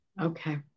Okay